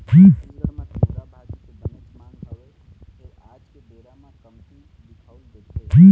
छत्तीसगढ़ म तिंवरा भाजी के बनेच मांग हवय फेर आज के बेरा म कमती दिखउल देथे